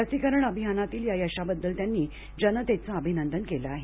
लसीकरण अभियानातील या यशाबद्दल त्यांनी जनतेचं अभिनंदन केलं आहे